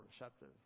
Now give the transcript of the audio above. receptive